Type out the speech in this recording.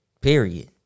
Period